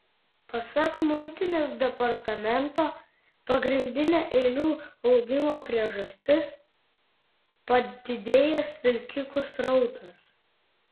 pasak muitinės departamento pagrindinė eilių augimo priežastis padidėjęs vilkikų srautas